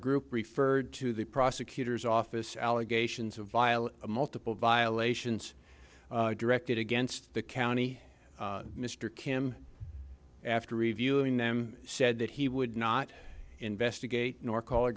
group referred to the prosecutor's office allegations of vile a multiple violations directed against the county mr kim after reviewing them said that he would not investigate nor call a